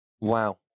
Wow